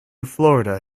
florida